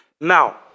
Now